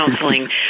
counseling